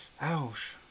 ouch